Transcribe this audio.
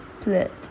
split